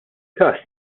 każ